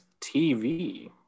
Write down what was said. TV